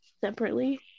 separately